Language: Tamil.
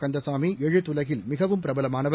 கந்தசாமி எழுத்துலகில் மிகவும் பிரபலமானவர்